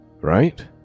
Right